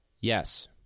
Yes